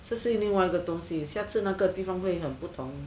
是另外一个东西下次那个地方会很不同